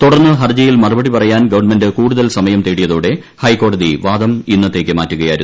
തുടർന്ന് ഹർജിയിൽ മറുപടി പറയാൻ ശ്രീഖൺമെന്റ് കൂടുതൽ സമയം തേടിയതോടെ ഹൈക്കോടതി വാദ്ദര് ഇന്ന്ത്തേക്ക് മാറ്റുകയായിരുന്നു